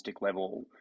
level